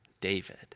David